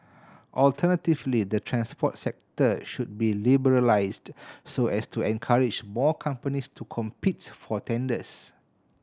alternatively the transport sector shall be liberalised so as to encourage more companies to compete for tenders